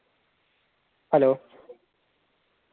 hello